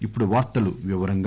ఇప్పుడు వార్తల వివరాలు